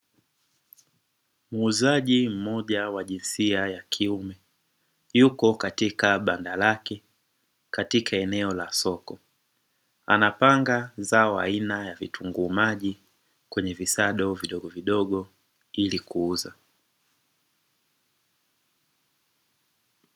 Muuzaji mmoja wa jinsia ya kiume yuko katika banda lake katika eneo la soko, anapanga zao aina ya vitunguu maji kwenye visado vidogovidogo kwa ajili ya kuuza.